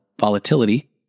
volatility